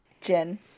Jen